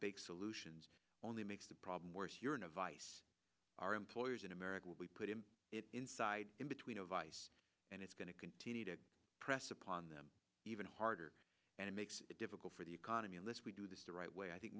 baked solutions only makes the problem worse here in a vise our employers in america will be put in it inside in between a vice and it's going to continue to press upon them even harder and it makes it difficult for the economy unless we do this the right way i think